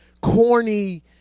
corny